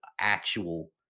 actual